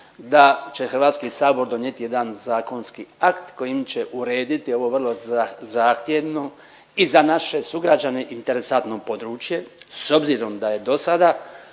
da će HS donijeti jedan zakonski akt kojim će urediti ovo vrlo zahtjevno i za naše sugrađane interesantno područje, s obzirom da je do sada